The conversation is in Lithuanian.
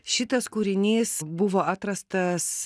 šitas kūrinys buvo atrastas